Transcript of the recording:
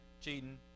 cheating